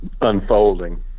unfolding